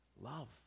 love